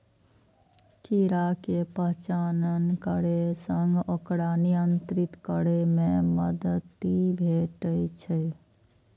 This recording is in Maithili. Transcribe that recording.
कीड़ा के पहचान करै सं ओकरा नियंत्रित करै मे मदति भेटै छै